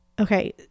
okay